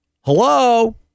Hello